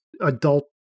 adult